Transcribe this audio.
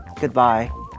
Goodbye